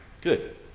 Good